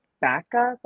backup